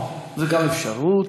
זו גם אפשרות,